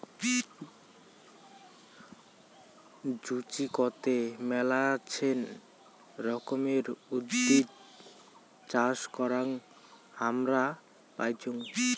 জুচিকতে মেলাছেন রকমের উদ্ভিদ চাষ করাং হামরা পাইচুঙ